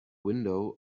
window